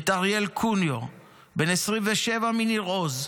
את אריאל קוניו, בן 27 מניר עוז,